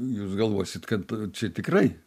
jūs galvosit kad čia tikrai